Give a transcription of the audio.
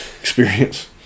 experience